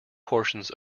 portions